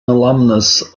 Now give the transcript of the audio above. alumnus